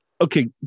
Okay